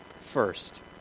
First